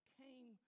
came